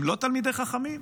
הם לא תלמידי חכמים?